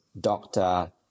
doctor